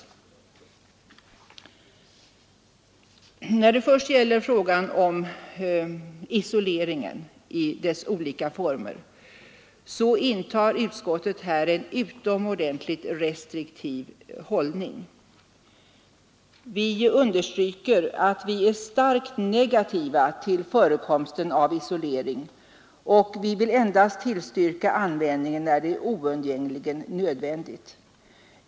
När det till att börja med gäller frågan om isolering i dess olika former intar utskottet en utomordentligt restriktiv hållning. Vi understryker att vi är starkt negativa till förekomsten av isolering, och vi vill endast tillstyrka användningen när det är oundgängligen nödvändigt.